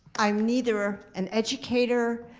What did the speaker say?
i'm neither an educator